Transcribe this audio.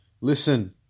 Listen